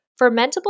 fermentable